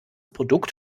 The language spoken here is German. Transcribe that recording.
produkt